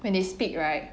when they speak right